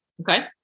Okay